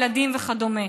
ילדים וכדומה,